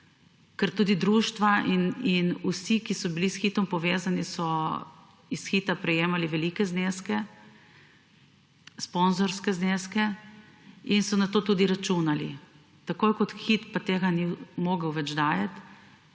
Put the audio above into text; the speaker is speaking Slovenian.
Ker so tudi društva in vsi, ki so bili s Hitom povezani, iz Hita prejemali velike sponzorske zneske in so na to tudi računali. Takoj ko Hit tega ni mogel več dajati,